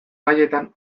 gaietan